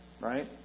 right